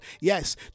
yes